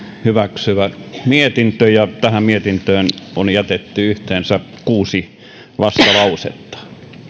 hyväksyvä mietintö ja tähän mietintöön on jätetty yhteensä kuusi vastalausetta